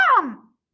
mom